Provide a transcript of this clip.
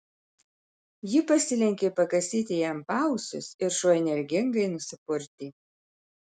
ji pasilenkė pakasyti jam paausius ir šuo energingai nusipurtė